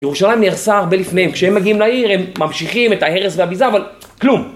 ירושלים נהרסה הרבה לפניהם, כשהם מגיעים לעיר הם ממשיכים את ההרס והביזה, אבל כלום.